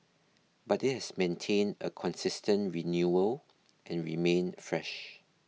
but it has maintained a consistent renewal and remained fresh